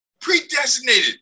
predestinated